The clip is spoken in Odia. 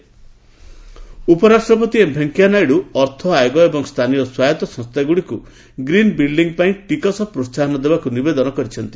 ଭେଙ୍କୟା ନାଇଡୁ ଉପରାଷ୍ଟ୍ରପତି ଏମ୍ ଭେଙ୍କୟା ନାଇଡୁ ଅର୍ଥ ଆୟୋଗ ଏବଂ ସ୍ଥାନୀୟ ସ୍ୱାୟତ୍ତ ସଂସ୍ଥାଗୁଡ଼ିକୁ ଗ୍ରିନ୍ ବିଲ୍ଡି ପାଇଁ ଟିକସ ପ୍ରୋହାହନ ଦେବାକୁ ନିବେଦନ କରିଛନ୍ତି